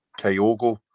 Kyogo